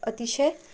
अतिशय